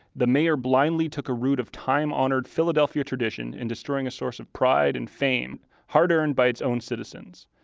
the mayor blindly took a route of time-honored philadelphia tradition in destroying a source of pride and fame hard earned by its own citizens.